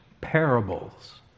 parables